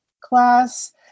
class